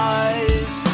eyes